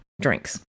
drinks